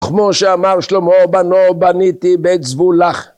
‫כמו שאמר שלמה ובנה ‫בניתי בית זבולך.